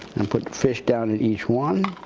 and put the fish down in each one.